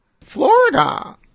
Florida